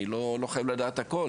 אני לא חייב לדעת הכול